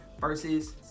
versus